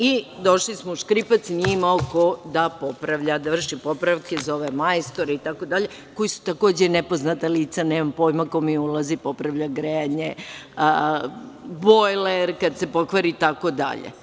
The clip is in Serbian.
I, došli smo u škripac nije imao ko da popravlja, da vrši popravke, zove majstore i tako dalje, koji su takođe nepoznata lica, nemam pojma ko mi ulazi, popravlja grejanje, bojler kada se pokvari i tako dalje.